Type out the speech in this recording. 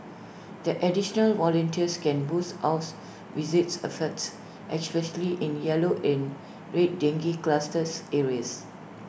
the additional volunteers can boost house visit efforts especially in yellow and red dengue clusters areas